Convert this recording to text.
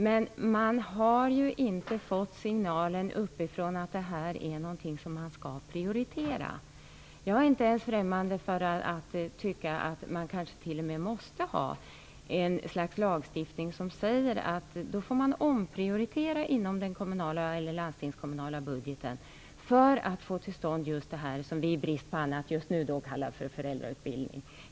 Men man har inte fått signalen uppifrån att det här är någonting som skall prioriteras. Jag är inte ens främmande för en lagstiftning som säger att man får omprioritera inom den kommunala och landstingskommunala budgeten för att få till stånd det vi i brist på annat kallar för föräldrautbildning.